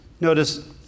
Notice